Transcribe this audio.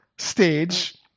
stage